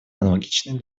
аналогичные